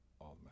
amen